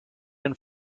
and